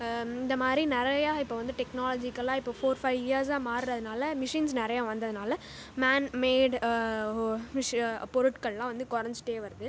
இந்தமாதிரி நிறைய இப்போ வந்து டெக்னாலஜிக்கலாக இப்போ ஃபோர் ஃபை இயர்ஸ்சாக மாறததுனால மிஷின்ஸ் நிறைய வந்ததினால மேன்மேட் மிஷி பொருட்கள்லாம் வந்து குறஞ்சிட்டே வருது